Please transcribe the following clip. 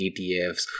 ETFs